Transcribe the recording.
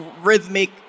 rhythmic